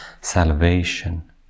salvation